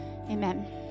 Amen